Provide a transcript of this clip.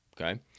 okay